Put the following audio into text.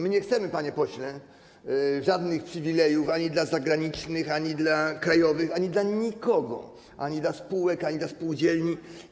My nie chcemy, panie pośle, żadnych przywilejów ani dla zagranicznych przedsiębiorców, ani dla krajowych, ani dla nikogo, ani dla spółek, ani dla spółdzielni.